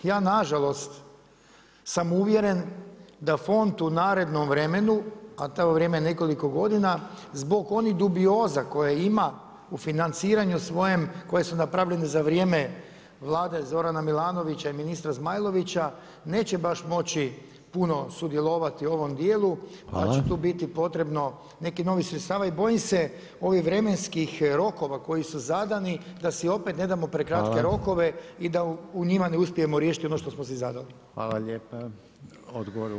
Ja nažalost, sam uvjeren da Fond u narednom vremenu, a to je vrijeme nekoliko godina, zbog onih dubioza, koje ima, u financiranju svojem, koje su napravili za vrijeme Vlade Zorana Milanovića i ministra Zmajlovića, neće baš moći puno sudjelovati u ovom dijelu, pa će tu biti potrebno neki novih sredstava i bojim se ovih vremenskih rokova koji su zadani da si opet nedamo prekratke rokove i da u njima ne uspijemo riješiti ono što smo si zadali.